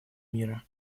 мира